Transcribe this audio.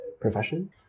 profession